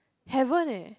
heaven eh